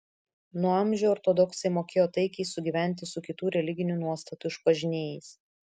nuo amžių ortodoksai mokėjo taikiai sugyventi su kitų religinių nuostatų išpažinėjais